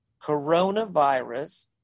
coronavirus